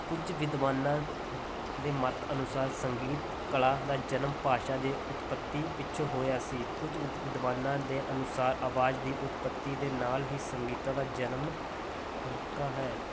ਕੁਝ ਵਿਦਵਾਨਾਂ ਦੇ ਮਤ ਅਨੁਸਾਰ ਸੰਗੀਤ ਕਲਾ ਦਾ ਜਨਮ ਭਾਸ਼ਾ ਦੇ ਉਤਪਤੀ ਵਿੱਚੋਂ ਹੋਇਆ ਸੀ ਕੁਝ ਵਿਦਵਾਨਾਂ ਦੇ ਅਨੁਸਾਰ ਆਵਾਜ਼ ਦੀ ਉਤਪਤੀ ਦੇ ਨਾਲ ਹੀ ਸੰਗੀਤਾ ਦਾ ਜਨਮ ਹੁੰਦਾ ਹੈ